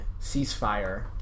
ceasefire